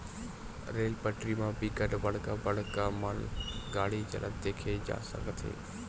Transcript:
rail पटरी म बिकट बड़का बड़का मालगाड़ी चलत देखे जा सकत हे